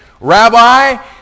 Rabbi